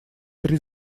три